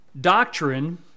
doctrine